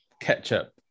ketchup